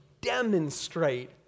demonstrate